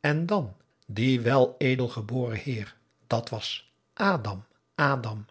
en dan die weledelgeboren heer dat was adam adam